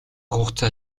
хугацаа